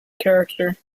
character